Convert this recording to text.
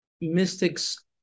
mystics